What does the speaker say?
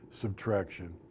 subtraction